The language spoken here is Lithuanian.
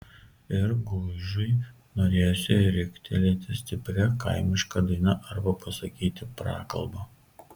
ir gužui norėjosi riktelėti stiprią kaimišką dainą arba pasakyti prakalbą